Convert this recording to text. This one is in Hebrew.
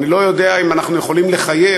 אני לא יודע אם אנחנו יכולים לחייב,